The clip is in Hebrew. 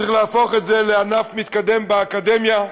צריך להפוך את זה לענף מתקדם באקדמיה,